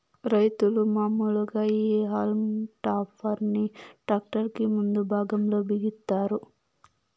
రైతులు మాములుగా ఈ హల్మ్ టాపర్ ని ట్రాక్టర్ కి ముందు భాగం లో బిగిస్తారు